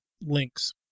links